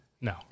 No